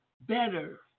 better